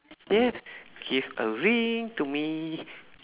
yes give a ring to me